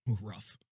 rough